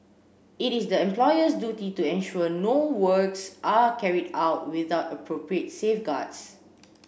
it is the employer's duty to ensure no works are carried out without appropriate safeguards